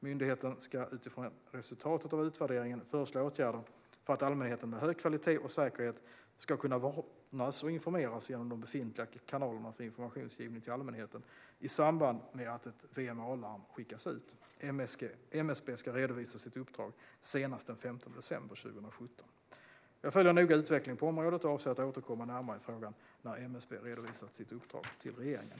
Myndigheten ska utifrån resultatet av utvärderingen föreslå åtgärder för att allmänheten med hög kvalitet och säkerhet ska kunna varnas och informeras genom de befintliga kanalerna för informationsgivning till allmänheten i samband med att ett VMA-larm skickas ut. MSB ska redovisa sitt uppdrag senast den 15 december 2017. Jag följer noga utvecklingen på området och avser att återkomma närmare i frågan när MSB har redovisat sitt uppdrag till regeringen.